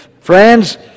friends